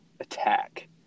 attack